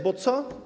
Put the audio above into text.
Bo co?